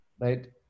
right